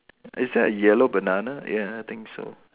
is there a yellow banana ya I think so